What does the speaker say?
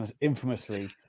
infamously